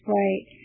right